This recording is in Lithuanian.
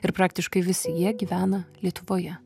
ir praktiškai visi jie gyvena lietuvoje